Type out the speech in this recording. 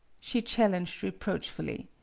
she challenged reproachfully.